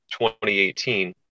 2018